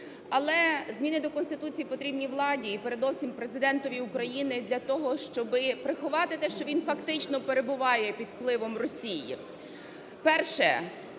Але зміни до Конституції потрібні владі і передовсім Президентові України для того, щоб приховати те, що він фактично перебуває під впливом Росії. Перше.